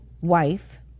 wife